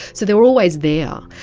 so they are always there.